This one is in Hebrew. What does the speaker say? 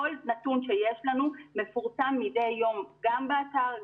כל נתון שיש לנו מפורסם מדי יום גם באתר,